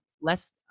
less